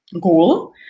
goal